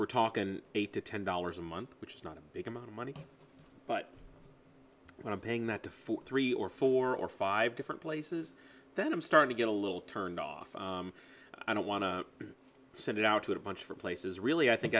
we're talking eight to ten dollars a month which is not a big amount of money but when i'm paying that to four three or four or five different places then i'm starting to get a little turned off i don't want to send it out to a bunch for places really i think